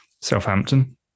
Southampton